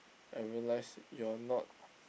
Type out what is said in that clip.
and realise you are not